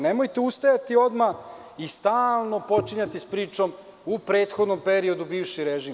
Nemojte ustajati odmah i stalno počinjati s pričom - u prethodnom periodu bivši režim.